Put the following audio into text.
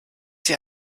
sie